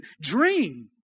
dream